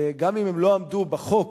שגם אם הן לא עמדו בחוק,